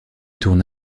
tourné